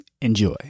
Enjoy